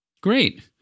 Great